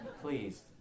Please